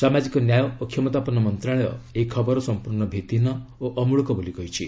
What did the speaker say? ସାମାଜିକ ନ୍ୟାୟ ଓ କ୍ଷମତାପନ୍ନ ମନ୍ତ୍ରଣାଳୟ ଏହି ଖବର ସମ୍ପୂର୍ଣ୍ଣ ଭିଭିହୀନ ଓ ଅମଳକ ବୋଲି କହିଛି